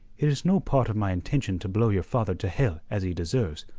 it is no part of my intention to blow your father to hell as he deserves,